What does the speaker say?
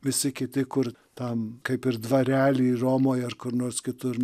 visi kiti kur tam kaip ir dvarely romoj ar kur nors kitur